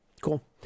Cool